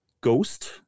Ghost